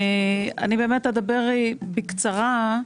אני באמת אדבר בקצרה.